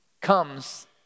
comes